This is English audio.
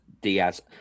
Diaz